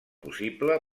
possible